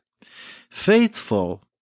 faithful